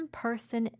person